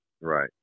right